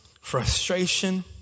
frustration